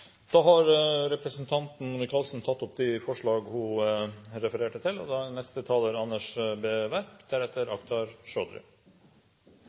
Da har representanten Åse Michaelsen tatt opp de forslagene hun refererte til. Både saksordføreren og